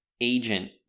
agent